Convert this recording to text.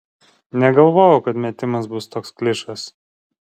negalvojau kad metimas bus toks klišas